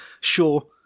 sure